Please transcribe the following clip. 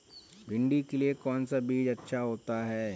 भिंडी के लिए कौन सा बीज अच्छा होता है?